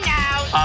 now